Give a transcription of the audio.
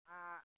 आ